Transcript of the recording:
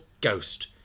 ghost